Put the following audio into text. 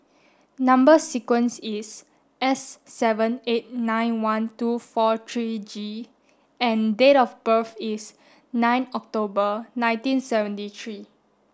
number sequence is S seven eight nine one two four three G and date of birth is nine October nineteen seventy three